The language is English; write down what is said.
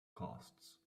costs